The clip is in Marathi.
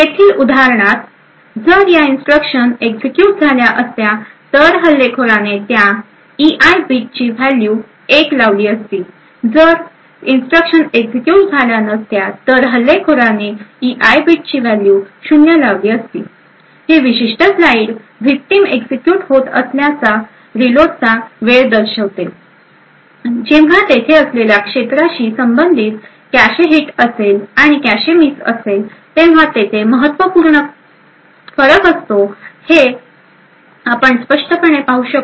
येथील उदाहरणात जर या इन्स्ट्रक्शन एक्झिक्युट झाल्या असत्या तर हल्लेखोरने त्या E i बिट की ची व्हॅल्यू 1 लावली असती जर या इन्स्ट्रक्शन एक्झिक्युट झाल्या नसत्या तर हल्लेखोराने E i बिटची व्हॅल्यू 0 लावली असती ही विशिष्ट स्लाइड विक्टिम एक्झिक्युट होत असल्याने रिलोडचा वेळ दर्शविते जेव्हा तेथे असलेल्या क्षेत्राशी संबंधित कॅशे हिट असेल आणि कॅशे मिस असेल तेव्हा तेथे महत्त्वपूर्ण फरक असतो हे आपण स्पष्टपणे पाहू शकतो